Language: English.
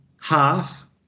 half